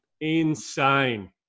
insane